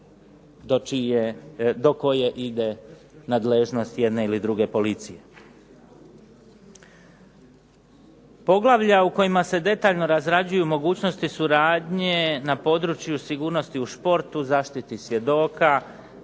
do koje ide nadležnost jedne ili druge policije. Poglavlja u kojima se detaljno razrađuju mogućnosti suradnje na području sigurnosti u športu, zaštiti svjedoka,